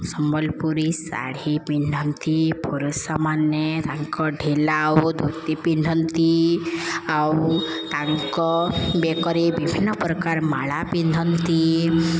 ସମ୍ବଲପୁରୀ ଶାଢ଼ୀ ପିନ୍ଧନ୍ତି ପୁରୁଷମାନେ ତାଙ୍କ ଢିଲା ଓ ଧୋତି ପିନ୍ଧନ୍ତି ଆଉ ତାଙ୍କ ବେକରେ ବିଭିନ୍ନ ପ୍ରକାର ମାଳା ପିନ୍ଧନ୍ତି